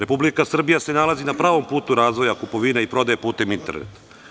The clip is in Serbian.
Republika Srbija se nalazi na pravom putu razvoja kupovine i prodaje putem interneta.